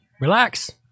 relax